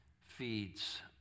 feeds